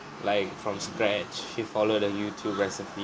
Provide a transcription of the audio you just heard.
like from scratch she follow the youtube recipe